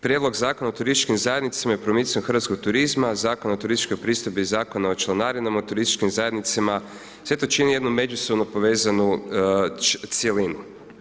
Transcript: Prijedlog Zakona o turističkim zajednicama i promicanju hrvatskog turizma, Zakon o turističkoj pristojbi i Zakon o članarinama u turističkim zajednicama sve to čini jednu međusobno povezanu cjelinu.